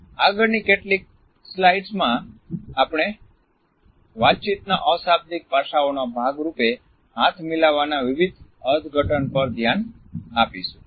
આગળની કેટલીક સ્લાઇડ્સમાં આપણે વાતચીતના અશાબ્દિક પાસાઓના ભાગ રૂપે હાથ મિલાવવાના વિવિધ અર્થઘટન પર ધ્યાન આપીશું